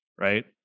Right